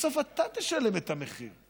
בסוף אתה תשלם את המחיר.